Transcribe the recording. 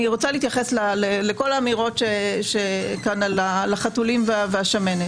אני רוצה להתייחס לכל האמירות כאן על החתולים והשמנת.